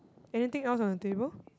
anything else on the table